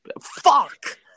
fuck